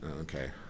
okay